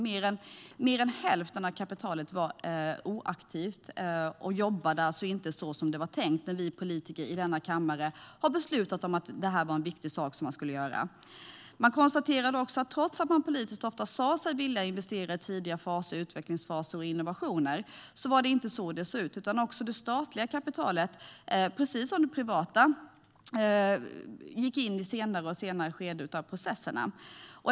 Mer än hälften av kapitalet var inaktivt och jobbade alltså inte så som det var tänkt när vi politiker i denna kammare beslutade om att det här skulle genomföras. Man konstaterade också att trots att man från politiskt håll ofta sa sig vilja investera i tidiga faser, i utvecklingsfaser och i innovationer, såg det inte ut så. Det statliga kapitalet, precis som det privata kapitalet, kom in i senare och senare skede av processerna.